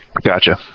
Gotcha